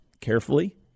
Carefully